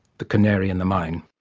the canary in the mine.